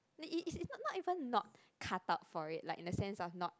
it it it's not even not cut out for it like in the sense of not